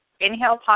inhale